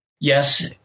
yes